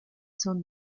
son